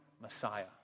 Messiah